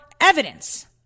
evidence